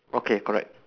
okay correct